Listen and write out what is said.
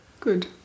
Good